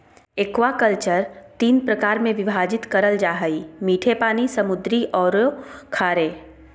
aquaculture तीन प्रकार में विभाजित करल जा हइ मीठे पानी, समुद्री औरो खारे